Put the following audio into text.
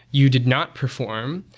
you did not perform,